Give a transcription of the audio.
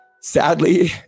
Sadly